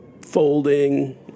folding